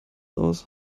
aus